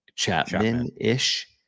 Chapman-ish